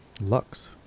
Lux